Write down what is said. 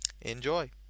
Enjoy